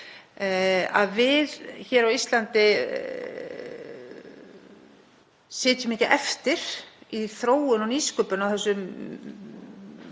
að við hér á Íslandi sitjum ekki eftir í þróun og nýsköpun á þessu